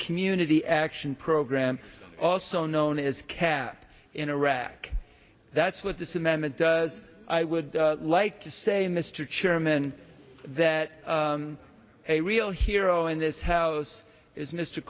community action program also known as cap in irak that's what this amendment does i would like to say mr chairman that a real hero in this house is mr